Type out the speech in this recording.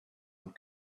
and